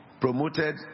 promoted